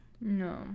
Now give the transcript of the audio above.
no